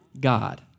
God